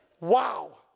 Wow